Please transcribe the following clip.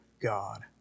God